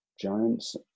giants